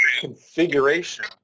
configuration